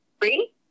Three